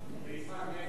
רבי יצחק, נגד.